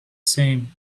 same